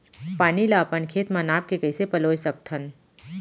पानी ला अपन खेत म नाप के कइसे पलोय सकथन?